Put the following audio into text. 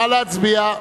נא להצביע.